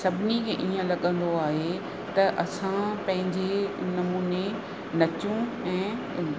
सभिनी खे ईअं लॻंदो आहे त असां पंहिंजे नमूने नचूं ऐं